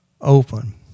open